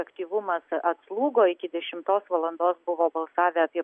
aktyvumas atslūgo iki dešimtos valandos buvo balsavę apie